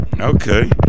Okay